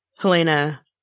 Helena